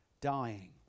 dying